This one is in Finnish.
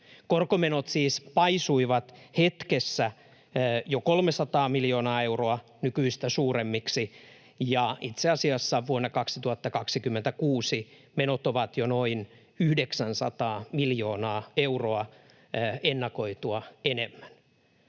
Korkomenot siis paisuivat hetkessä jo 300 miljoonaa euroa nykyistä suuremmiksi, ja itse asiassa vuonna 2026 menot ovat jo noin 900 miljoonaa euroa ennakoitua enemmän.